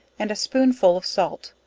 and a spoon full of salt,